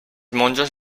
monjos